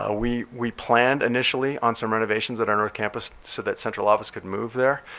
ah we we planned initially on some renovations at our north campus so that central office could move there.